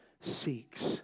seeks